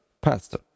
pastor